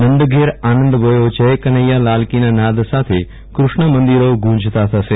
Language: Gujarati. નંદ ઘેર આનંદ ભયો જય કનૈયાલાલકી નાદ સાથે કૃષ્ણ મંદિરો ગુંજતા થશે